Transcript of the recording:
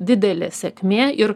didelė sėkmė ir